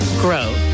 grow